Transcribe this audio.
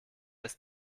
ist